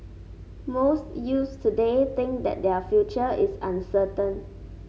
most youths today think that their future is uncertain